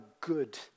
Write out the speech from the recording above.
good